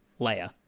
Leia